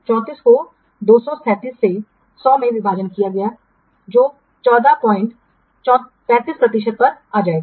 34 को 237 से 100 में विभाजित किया गया जो 1435 प्रतिशत पर आ जाएगा